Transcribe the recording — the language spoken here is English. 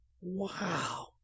Wow